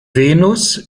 venus